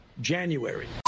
January